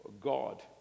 God